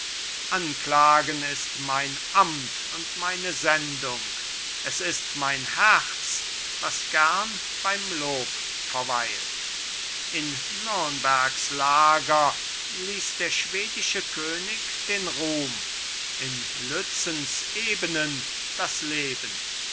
anklagen ist mein amt und meine sendung es ist mein herz was gern beim lob verweilt in nürnbergs lager ließ der schwedische könig den ruhm in lützens ebenen das leben